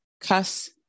Cuss